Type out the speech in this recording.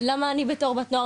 למה אני בתור בת נוער,